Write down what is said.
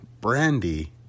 brandy